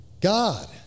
God